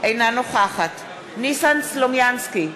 אינה נוכחת ניסן סלומינסקי,